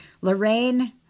Lorraine